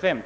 5.